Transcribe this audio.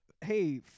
Hey